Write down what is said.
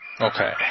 Okay